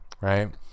right